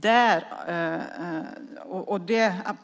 Detta